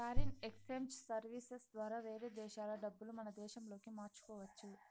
foreign exchange services ద్వారా వేరే దేశాల డబ్బులు మన దేశంలోకి మార్చుకోవచ్చు